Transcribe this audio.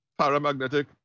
paramagnetic